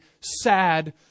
sad